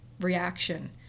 reaction